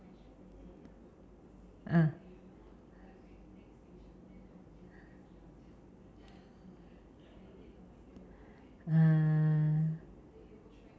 uh uh